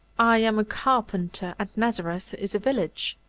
i am a carpenter, and nazareth is a village,